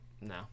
no